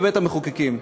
בבית-המחוקקים.